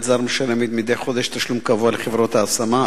זר משלם מדי חודש תשלום קבוע לחברת ההשמה.